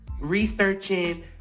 researching